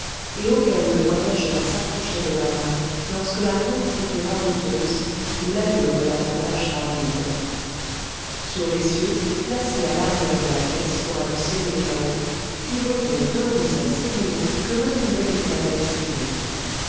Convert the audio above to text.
et auquel le voyageur s'accrochait de la main lorsque la route était raboteuse ou l'allure de l'attelage rapide sur l'essieu placé à l'arrière de la caisse pour adoucir les cahots pivotaient deux roues à six rayons que maintenaient des clavettes rivées